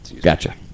Gotcha